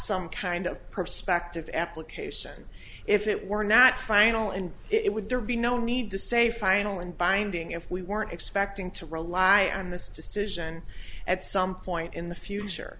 some kind of perspective application if it were not final and it would there be no need to say final and binding if we weren't expecting to rely on this decision at some point in the future